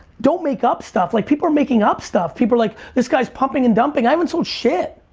don't make up stuff. like people are making up stuff. people are like this guy's pumping and dumping. i haven't sold shit.